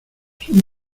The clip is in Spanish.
son